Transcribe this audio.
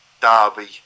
Derby